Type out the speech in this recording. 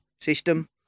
system